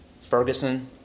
Ferguson